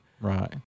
Right